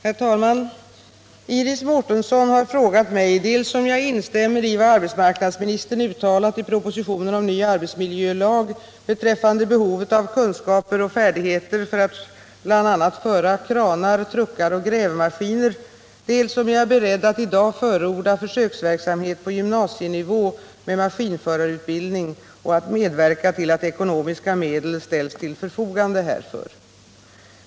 Herr talman! Iris Mårtensson har frågat mig dels om jag instämmer i vad arbetsmarknadsministern uttalat i propositionen om ny arbetsmiljölag beträffande behovet av kunskaper och färdigheter för att bl.a. föra kranar, truckar och grävmaskiner, dels om jag är beredd att i dag förorda försöksverksamhet på gymnasienivå med maskinförarutbildning och att medverka till att ekonomiska medel ställs till förfogande härför.